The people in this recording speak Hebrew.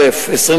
א.